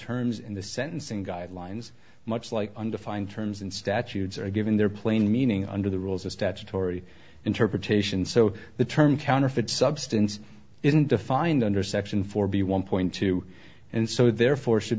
terms in the sentencing guidelines much like undefined terms and statutes are given their plain meaning under the rules of statutory interpretation so the term counterfeit substance isn't defined under section four b one point two and so therefore should